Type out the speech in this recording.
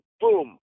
boom